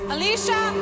Alicia